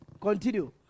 Continue